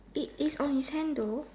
it is on his hand though